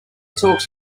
talks